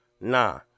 Nah